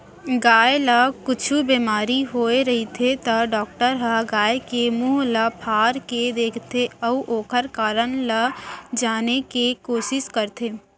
गाय ल कुछु बेमारी होय रहिथे त डॉक्टर ह गाय के मुंह ल फार के देखथें अउ ओकर कारन ल जाने के कोसिस करथे